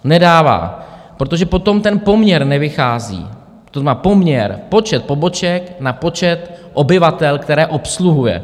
Nedává, protože potom ten poměr nevychází, to znamená poměr počet poboček na počet obyvatel, které obsluhuje.